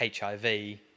HIV